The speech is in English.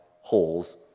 holes